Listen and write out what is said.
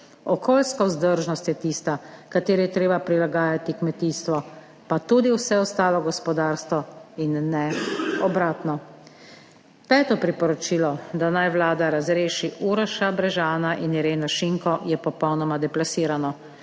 Okoljska vzdržnost je tista, kateri je treba prilagajati kmetijstvo, pa tudi vse ostalo gospodarstvo in ne obratno. Peto priporočilo, da naj Vlada razreši Uroša Brežana in Ireno Šinko, je popolnoma deplasirano.